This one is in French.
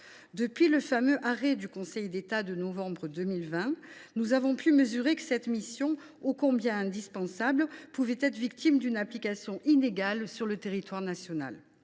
Depuis le fameux arrêt du Conseil d’État du 20 novembre 2020, nous avons pu observer que cette mission, ô combien indispensable, pouvait pâtir d’une application inégale sur le territoire national.